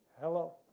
Hello